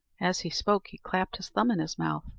as he spoke, he clapped his thumb in his mouth,